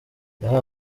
yahawe